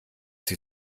sie